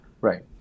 Right